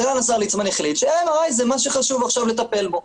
סגן השר ליצמן החליט ש-MRI זה מה שחשוב עכשיו לטפל בו,